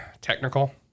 technical